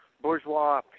bourgeois